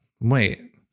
wait